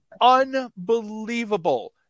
unbelievable